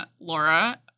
Laura